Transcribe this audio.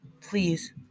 please